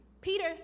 Peter